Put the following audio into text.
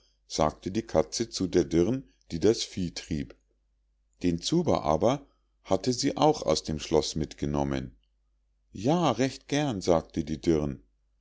sagte die katze zu der dirn die das vieh trieb den zuber aber hatte sie auch aus dem schloß mitgenommen ja recht gern sagte die dirn